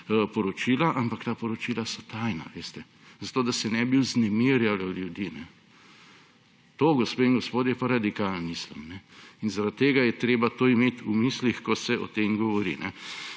poročila, ampak ta poročila so tajna, veste, zato da se ne bi vznemirjalo ljudi. To, gospe in gospodje, je pa radikalni islam. In zaradi tega je treba to imeti v mislih, ko se o tem govori.